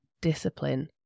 discipline